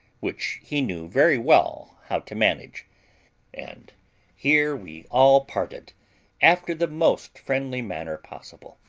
which he knew very well how to manage and here we all parted after the most friendly manner possible.